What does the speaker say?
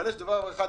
אבל יש דבר אחד,